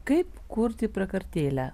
kaip kurti prakartėlę